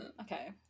Okay